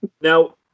Now